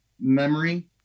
memory